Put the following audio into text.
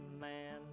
man